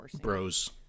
bros